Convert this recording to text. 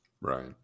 Right